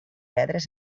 pedres